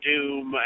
Doom